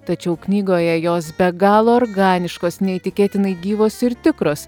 tačiau knygoje jos be galo organiškos neįtikėtinai gyvos ir tikros